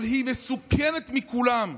אבל היא מסוכנת מכולן,